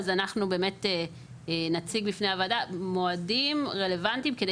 אז אנחנו באמת נציג בפני הוועדה מועדים רלוונטיים כדי